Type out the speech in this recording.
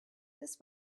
this